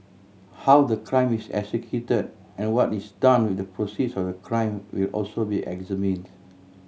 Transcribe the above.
how the crime is executed and what is done with the proceeds of the crime will also be examined